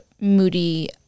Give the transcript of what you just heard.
moody